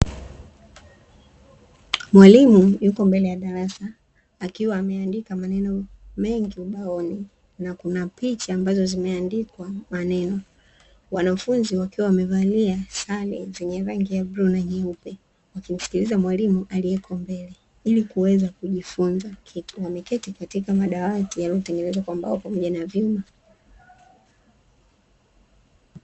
Mwalimu yuko mbele ya darasa akiwa ameandika maneno mengi ubaoni na kuna picha ambazo zimeandikwa maneno, wanafunzi wakiwa wamevalia sare zenye rangi ya bluu na nyeupe wakimsikiliza mwalimu aliyeko mbele ili kuweza kujifunza kitu, wameketi katika madawati yaliyotengenezwa kwa mbao pamoja na vyuma.